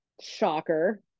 Shocker